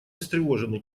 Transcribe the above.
встревожены